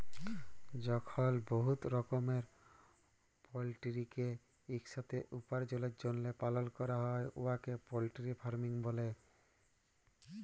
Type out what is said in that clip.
যখল বহুত রকমের পলটিরিকে ইকসাথে উপার্জলের জ্যনহে পালল ক্যরা হ্যয় উয়াকে পলটিরি ফার্মিং ব্যলে